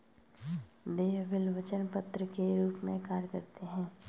देय बिल वचन पत्र के रूप में कार्य करते हैं